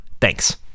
Thanks